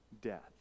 death